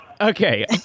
okay